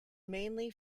mainly